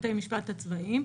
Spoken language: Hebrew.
בבתי המשפט הצבאיים,